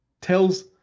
tells